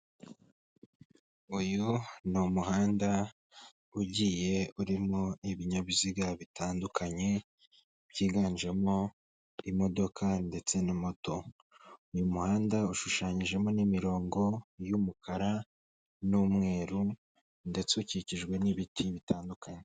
Uyu n'umuhanda ugiye urimo ibinyabiziga bitandukanye, byiganjemo imodoka ndetse na moto, uyu muhanda ushushanyijemo n'imirongo y'umukara n'umweru ndetse ukikijwe n'ibiti bitandukanye.